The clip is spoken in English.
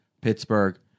Pittsburgh